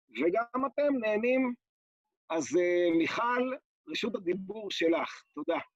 וגם אתם נהנים, אז מיכל, רשות הדיבור שלך. תודה.